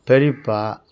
பெரியப்பா